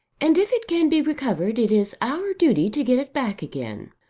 and if it can be recovered it is our duty to get it back again.